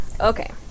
Okay